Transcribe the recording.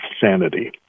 sanity